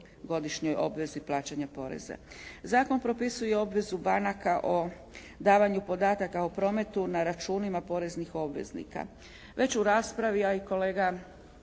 godišnjoj obvezi plaćanja poreza. Zakon propisuje obvezu banaka o davanju podataka o prometu na računima poreznih obveznika.